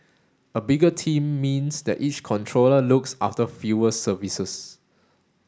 a bigger team means that each controller looks after fewer services